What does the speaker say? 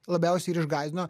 labiausiai ir išgąsdino